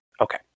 Okay